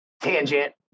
tangent